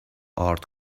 ارد